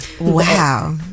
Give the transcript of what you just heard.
Wow